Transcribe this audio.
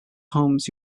homes